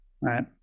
right